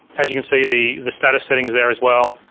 as you can see, the the status setting is there as well.